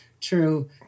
true